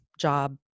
job